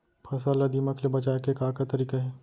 फसल ला दीमक ले बचाये के का का तरीका हे?